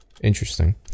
Interesting